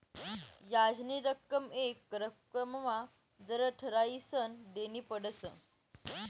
याजनी रक्कम येक रक्कमना दर ठरायीसन देनी पडस